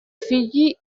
fiji